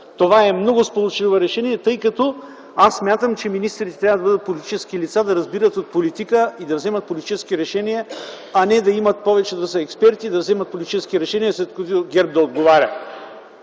Това е много сполучливо решение, тъй като аз смятам, че министрите трябва да бъдат политически лица, да разбират от политика, да вземат политически решения, а не повече да са експерти и да вземат политически решения, за които ГЕРБ да отговаря.